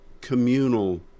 communal